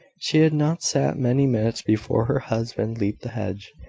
she had not sat many minutes before her husband leaped the hedge,